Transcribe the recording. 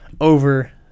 over